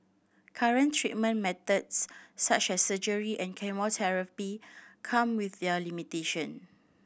current treatment methods such as surgery and chemotherapy come with their limitation